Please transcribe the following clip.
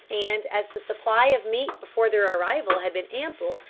and as the supply of meat before their arrival had been ample,